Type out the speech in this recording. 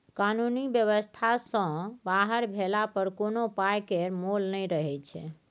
कानुनी बेबस्था सँ बाहर भेला पर कोनो पाइ केर मोल नहि रहय छै